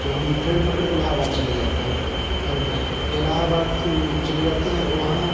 तो हम ट्रेन पकड़ कर इलाहाबाद चले जाते हैं और इलाहाबाद चले जाते हैं वहाँ